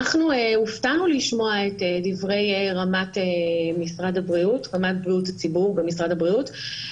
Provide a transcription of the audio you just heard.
אנחנו הופתענו לשמוע את דברי ראש מטה בריאות הציבור במשרד הבריאות.